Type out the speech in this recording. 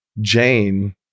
Jane